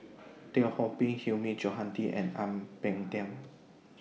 Teo Ho Pin Hilmi Johandi and Ang Peng Tiam